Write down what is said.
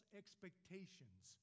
expectations